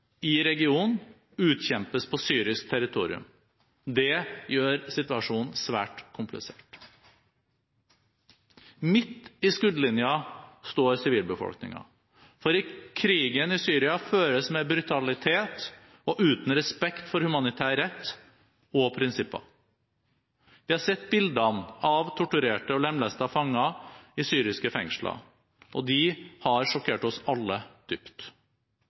i regionene utkjempes på syrisk territorium. Det gjør situasjonen svært komplisert. Midt i skuddlinjen står sivilbefolkningen. Krigen i Syria føres med brutalitet og uten respekt for humanitær rett og prinsipper. Vi har sett bildene av torturerte og lemlestede fanger i syriske fengsler, og de har sjokkert oss alle dypt.